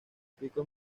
pico